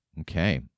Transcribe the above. Okay